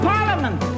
Parliament